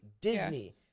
Disney